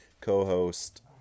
co-host